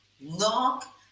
Knock